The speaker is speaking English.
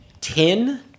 ten